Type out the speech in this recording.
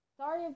sorry